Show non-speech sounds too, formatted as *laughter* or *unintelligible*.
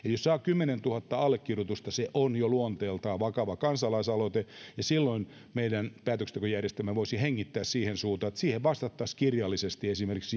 saa kymmenentuhatta allekirjoitusta se on jo luonteeltaan vakava kansalaisaloite ja silloin meidän päätöksentekojärjestelmämme voisi hengittää siihen suuntaan että siihen kansalaisaloitteeseen vastattaisiin esimerkiksi *unintelligible*